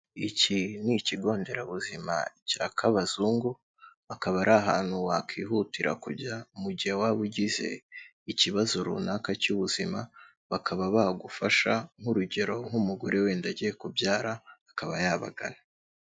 Iki ni ikigo nderabuzima cya Kabazungu, akaba ari ahantu wakwihutira kujya mu gihe waba ugize ikibazo runaka cy'ubuzima bakaba bagufasha, nk'urugero nk'umugore wenda agiye kubyara, akaba yabagana.